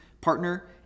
partner